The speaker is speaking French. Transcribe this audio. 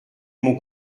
mon